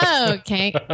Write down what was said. okay